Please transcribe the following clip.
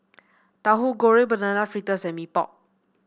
Tauhu Goreng Banana Fritters and Mee Pok